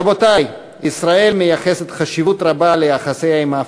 רבותי, ישראל מייחסת חשיבות רבה ליחסיה עם אפריקה.